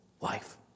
life